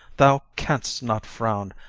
thou canst not frown,